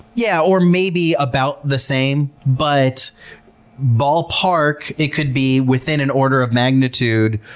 yeah. or maybe about the same, but ballpark, it could be within an order of magnitude,